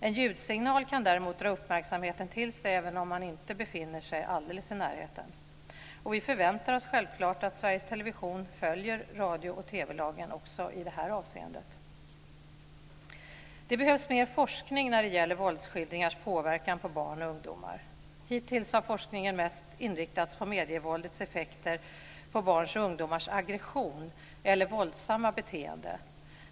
En ljudsignal kan däremot dra uppmärksamheten till sig även om man inte befinner sig alldeles i närheten. Vi förväntar oss självklart att Sveriges Television följer radio och TV-lagen också i det här avseendet. Det behövs mer forskning när det gäller våldskildringars påverkan på barn och ungdomar. Hittills har forskningen mest inriktats på medievåldets effekter på barns och ungdomars aggression eller våldsamma beteende.